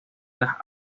las